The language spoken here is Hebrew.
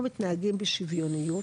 אנחנו מתנהגים בשוויוניות,